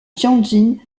tianjin